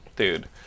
Dude